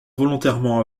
volontairement